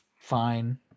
fine